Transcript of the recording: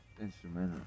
Instrumental